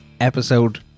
episode